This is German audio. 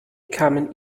kamen